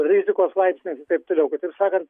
rizikos laipsniais ir taip toliau kitaip sakant